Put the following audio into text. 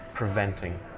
Preventing